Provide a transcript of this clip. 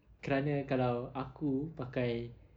kerana kalau aku pakai